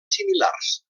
similars